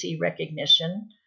recognition